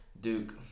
Duke